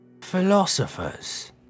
Philosophers